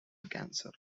cancer